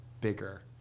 bigger